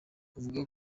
avuga